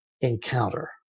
encounter